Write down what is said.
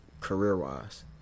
career-wise